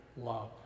love